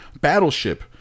Battleship